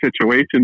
situation